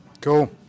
Cool